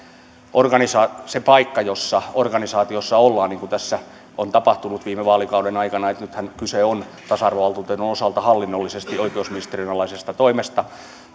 se paikka jossa organisaatiossa ollaan tässä on tapahtunut viime vaalikauden aikana niin että nythän kyse on tasa arvovaltuutetun osalta hallinnollisesti oikeusministeriön alaisesta toimesta